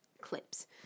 clips